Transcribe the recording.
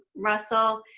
russell,